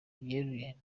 byeruye